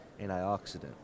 antioxidant